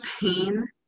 pain